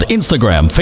Instagram